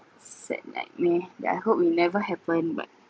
sad nightmare that I hope will never happen but